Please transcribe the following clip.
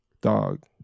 Dog